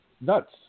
nuts